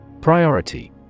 Priority